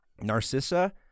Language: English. Narcissa